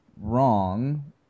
wrong